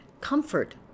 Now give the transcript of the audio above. comfort